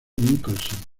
nicholson